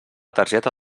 targeta